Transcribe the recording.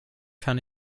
kann